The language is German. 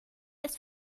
ist